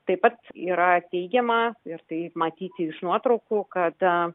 taip pat yra teigiama ir tai matyti iš nuotraukų kad a